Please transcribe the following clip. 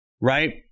Right